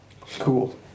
Cool